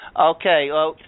Okay